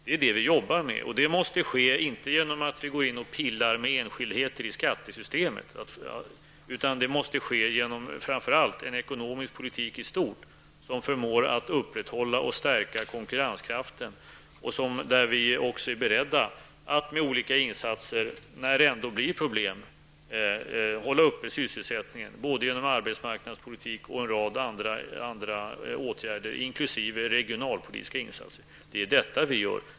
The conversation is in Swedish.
Det är sådana problem vi arbetar med att lösa. Det kan inte ske genom att vi går in och pillar med enskildheter i skattesystemet, utan det måste framför allt ske genom att vi i stort bedriver en ekonomisk politik som förmår att upprätthålla och stärka konkurrenskraften och där vi också är beredda att hålla uppe sysselsättningen genom arbetsmarknadspolitiska åtgärder och en rad andra åtgärder, inkl. regionalpolitiska insatser, om det ändå blir problem. Det är detta regeringen gör.